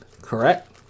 correct